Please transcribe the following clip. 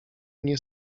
nie